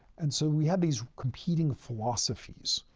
and so, we had these competing philosophies.